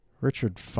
Richard